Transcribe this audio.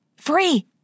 Free